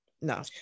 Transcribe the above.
No